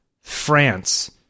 France